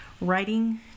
writing